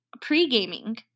pre-gaming